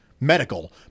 medical